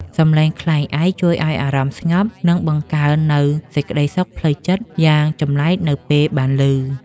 សំឡេងខ្លែងឯកជួយឱ្យអារម្មណ៍ស្ងប់ និងបង្កើននូវសេចក្ដីសុខផ្លូវចិត្តយ៉ាងចម្លែកនៅពេលបានឮ។